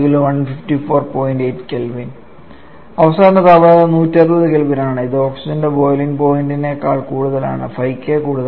8 K അവസാന താപനില 160K ആണ് ഇത് ഓക്സിജന്റെ ബോയിലിംഗ് പോയിൻറ് നേക്കാൾ 5K കൂടുതലാണ്